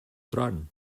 tron